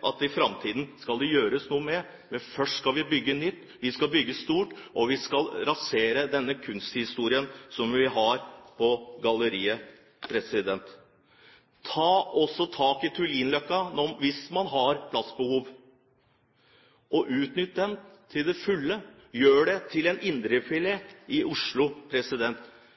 at det i framtiden skal gjøres noe der, men først skal vi bygge nytt, vi skal bygge stort, og vi skal rasere denne kunsthistorien som vi har på galleriet. Ta også tak i Tullinløkka hvis man har plassbehov, og utnytt den til det fulle. Gjør det til en indrefilet i Oslo.